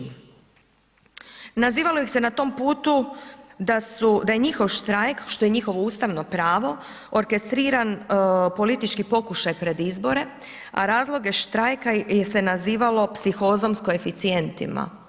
Nazivalo ih se na tom putu da su, da je njihov štrajk, što je njihovo ustavno pravo, orkestriran politički pokušaj pred izbore, a razloge štrajka je se nazivalo psihozom s koeficijentima.